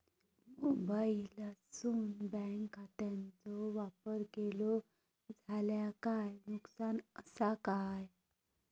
मोबाईलातसून बँक खात्याचो वापर केलो जाल्या काय नुकसान असा काय?